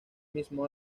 mismo